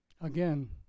Again